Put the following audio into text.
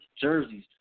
jerseys